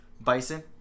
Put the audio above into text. bison